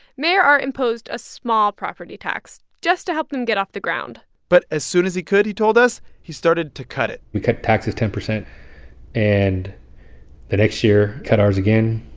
mayor art imposed a small property tax just to help them get off the ground but as soon as he could, he told us, he started to cut it we cut taxes ten percent and the next year cut ours again.